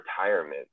retirement